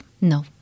No